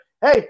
hey